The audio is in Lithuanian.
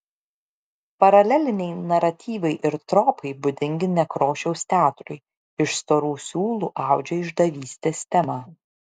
paraleliniai naratyvai ir tropai būdingi nekrošiaus teatrui iš storų siūlų audžia išdavystės temą